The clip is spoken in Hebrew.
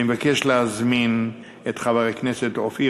אני מבקש להזמין את חבר הכנסת אופיר